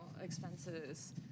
expenses